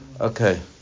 Okay